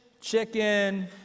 chicken